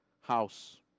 house